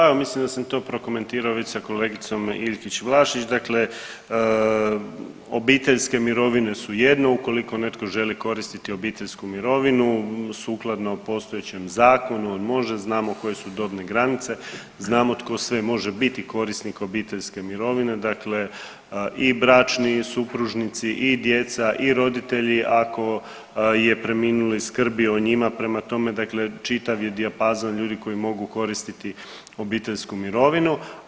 Pa evo mislim da sam to prokomentirao već sa kolegicom Iljkić Vlašić, dakle obiteljske mirovine su jedno, ukoliko netko želi koristiti obiteljsku mirovinu sukladno postojećem zakonu on može, znamo koje su dobne granice, znamo tko sve može biti korisnik obiteljske mirovine, dakle i bračni supružnici i djeca i roditelji ako je preminuli skrbio o njima, prema tome dakle čitav je dijapazon ljudi koji mogu koristiti obiteljsku mirovinu.